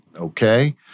okay